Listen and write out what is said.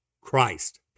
Christ